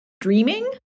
dreaming